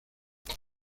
días